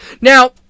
Now